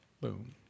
Boom